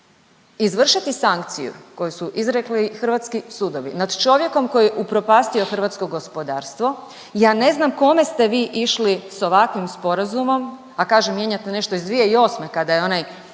izvršiti sankciju koju su izrekli hrvatski sudovi nad čovjekom koji je upropastio hrvatsko gospodarstvo ja ne znam kome ste vi išli s ovakvim sporazumom, a kažete mijenjate nešto iz 2008. kada je onaj